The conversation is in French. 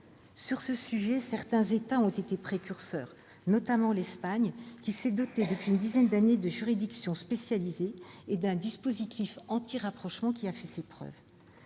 Sur ce sujet, certains États ont été précurseurs, notamment l'Espagne, qui s'est dotée, voilà une dizaine d'années, de juridictions spécialisées et d'un dispositif anti-rapprochement qui a fait ses preuves.